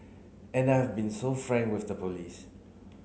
and I have been so frank with the police